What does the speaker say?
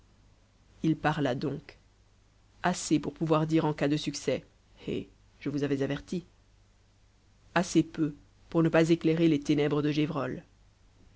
il parla donc assez pour pouvoir dire en cas de succès eh je vous avais averti assez peu pour ne pas éclairer les ténèbres de